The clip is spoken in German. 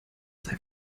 sei